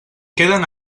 queden